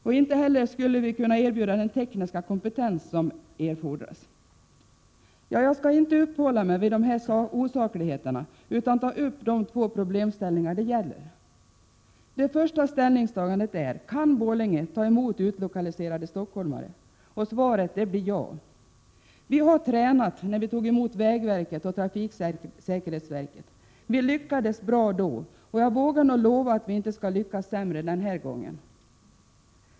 Vi skulle inte heller kunna erbjuda den tekniska kompetens som erfordras. Jag skall inte uppehålla mig vid dessa osakligheter, utan ta upp de två problemställningar det gäller. Det första ställningstagandet gäller om Borlänge kan ta emot utlokaliserade stockholmare. Svaret blir ja! Vi har tränat, när vi tog emot vägverket och trafiksäkerhetsverket. Vi lyckades bra då, och jag vågar nog lova att vi inte skall lyckas sämre denna gång.